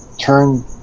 Turn